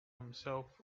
himself